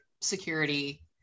security